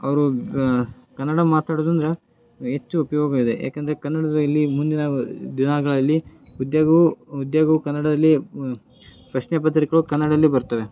ಅವರು ಕನ್ನಡ ಮಾತಾಡುದು ಅಂದ್ರೆ ಹೆಚ್ಚು ಉಪಯೋಗ ಇದೆ ಯಾಕಂದರೆ ಕನ್ನಡದಲ್ಲಿ ಮುಂದಿನ ವ್ ದಿನಗಳಲ್ಲಿ ಉದ್ಯೋಗವೂ ಉದ್ಯೋಗವು ಕನ್ನಡದಲ್ಲಿಯೇ ಪ್ರಶ್ನೆ ಪತ್ರಿಕೆಯು ಕನ್ನಡಲ್ಲೇ ಬರ್ತವೆ